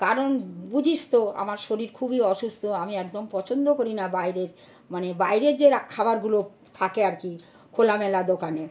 কারণ বুঝিস তো আমার শরীর খুবই অসুস্থ আমি একদম পছন্দ করি না বাইরের মানে বাইরের যে রা খাবারগুলো থাকে আর কি খোলামেলা দোকানে